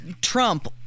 Trump